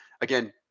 again